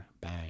bang